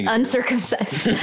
uncircumcised